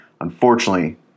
Unfortunately